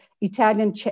Italian